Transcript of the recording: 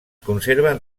conserven